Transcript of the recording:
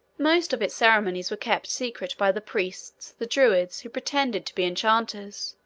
most of its ceremonies were kept secret by the priests, the druids, who pretended to be enchanters,